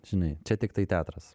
žinai čia tiktai teatras